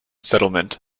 settlement